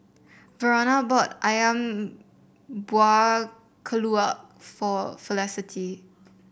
Verona bought ayam Buah Keluak for Felicity